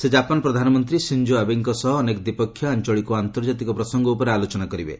ସେ ଜାପାନ ପ୍ରଧାନମନ୍ତ୍ରୀ ସିଞ୍ଜୋ ଆବେଙ୍କ ସହ ଅନେକ ଦ୍ୱିପକ୍ଷୀୟଆଞ୍ଚଳିକ ଓ ଆନ୍ତର୍ଜାତିକ ପ୍ରସଙ୍ଗ ଉପରେ ଆଲୋଚନା କରିବେ